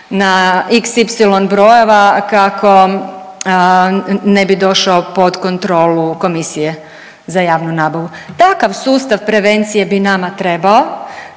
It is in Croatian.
na x, y brojeva kako ne bi došao pod kontrolu komisije za javnu nabavu. Takav sustav prevencije bi nama trebao